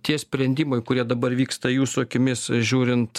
tie sprendimai kurie dabar vyksta jūsų akimis žiūrint